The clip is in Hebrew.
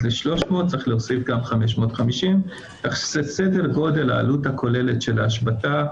אז ל-300 צריך להוסיף גם 550. כך שסדר גודל העלות הכוללת של ההשבתה,